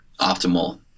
optimal